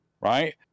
right